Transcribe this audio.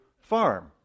farm